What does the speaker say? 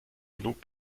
genug